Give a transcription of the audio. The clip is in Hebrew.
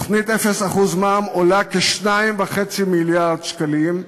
תוכנית 0% מע"מ עולה כ-2.5 מיליארד שקלים,